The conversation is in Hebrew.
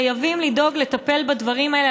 חייבים לדאוג לטפל בדברים האלה,